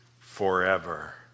forever